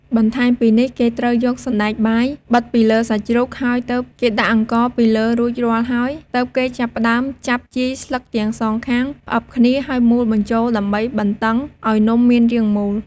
បន្ថែមពីនេះគេត្រូវយកសណ្ដែកបាយបិតពីលើសាច់ជ្រូក ហើយទើបគេដាក់អង្ករពីលើរួចរាល់ហើយ ទើបគេចាប់ផ្តើមចាប់ជាយស្លឹកទាំងសងខាងផ្អឹបគ្នា ហើយមូរបញ្ចូលដើម្បីបន្តឹងឱ្យនំមានរាងមូល។